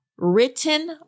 Written